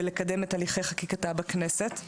ולקדם את הליכי חקיקתה בכנסת.